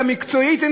גם מקצועית,